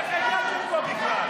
איך הגעת לפה בכלל?